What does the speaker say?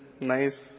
nice